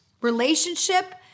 Relationship